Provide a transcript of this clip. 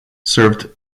served